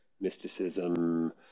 mysticism